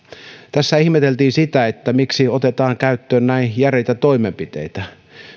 tässä ihmeteltiin sitä miksi otetaan käyttöön näin järeitä toimenpiteitä